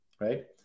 right